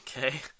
okay